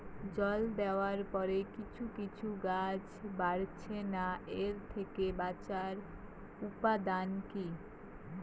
জল দেওয়ার পরে কিছু কিছু গাছ বাড়ছে না এর থেকে বাঁচার উপাদান কী?